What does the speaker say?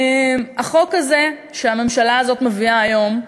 החוק הזה שהממשלה הזאת מביאה היום,